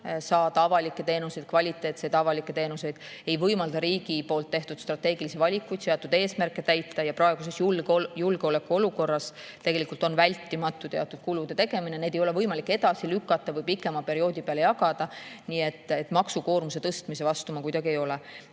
ootusele saada kvaliteetseid avalikke teenuseid ning ei võimalda riigi poolt tehtud strateegilisi valikuid [täide viia] ja seatud eesmärke täita. Praeguses julgeolekuolukorras on tegelikult vältimatu teatud kulude tegemine. Neid ei ole võimalik edasi lükata või pikema perioodi peale jagada. Nii et maksukoormuse tõstmise vastu ma kuidagi ei ole. Ja